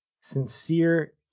sincere